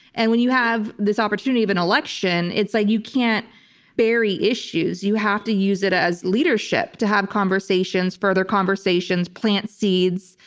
and when you have this opportunity of an election, it's like, you can't bury issues. you have to use it as leadership, to have conversations, further conversations, plant seeds,